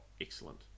excellent